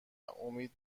امید